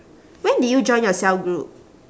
when did you join your cell group